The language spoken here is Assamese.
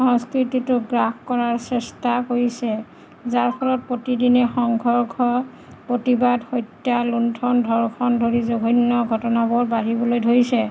সংস্কৃতিটো গ্ৰাস কৰাৰ চেষ্টা কৰিছে যাৰ ফলত প্ৰতিদিনে সংঘৰ্ষ প্ৰতিবাদ সত্য লুণ্ঠন ধৰ্ষণ ধৰি জঘন্য ঘটনাবোৰ বাঢ়িবলৈ ধৰিছে